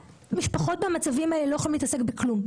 משפחות במצבים האלה לא יכולות להתעסק בכלום.